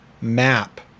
map